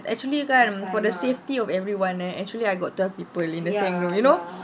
actually kan for the safety of everyone eh actually I got twelve people in the same group you know